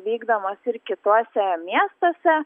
vykdomos ir kituose miestuose